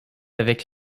avec